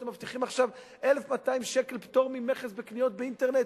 אתם מבטיחים עכשיו 1,200 שקל פטור ממכס בקניות באינטרנט.